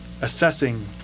assessing